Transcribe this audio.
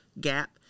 gap